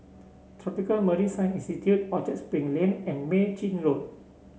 Tropical Marine Science Institute Orchard Spring Lane and Mei Chin Road